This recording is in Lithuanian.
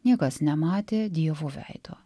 niekas nematė dievo veido